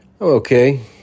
Okay